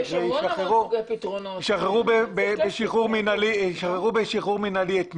ישחררו בשחרור מינהלי את מי?